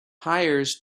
hires